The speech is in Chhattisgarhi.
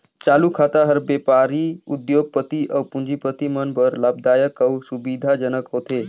चालू खाता हर बेपारी, उद्योग, पति अउ पूंजीपति मन बर लाभदायक अउ सुबिधा जनक होथे